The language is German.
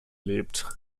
lebt